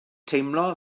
teimlo